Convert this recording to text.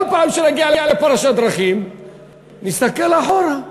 כל פעם שנגיע לפרשת דרכים נסתכל אחורה,